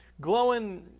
glowing